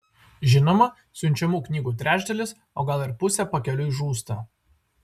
žinoma siunčiamų knygų trečdalis o gal ir pusė pakeliui žūsta